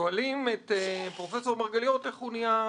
שואלים את פרופ' מרגליות איך הוא נהיה